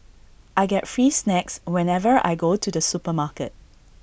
I get free snacks whenever I go to the supermarket